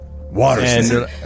Water